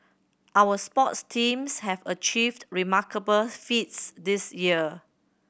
our sports teams have achieved remarkable feats this year